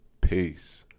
Peace